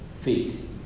faith